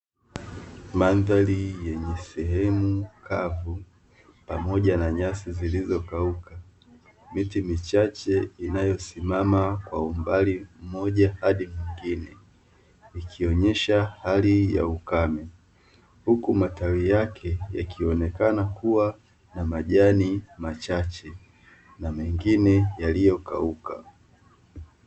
Mandhari yenye sehemu kavu pamoja na nyasi zilizokauka, miti michache inayosimama kwa umbali mmoja hadi mwingine, ikionyesha hali ya ukame, huku matawi yake yakionekana kuwa na majani machache na mengine yaliyokauka.